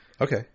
Okay